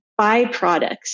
byproducts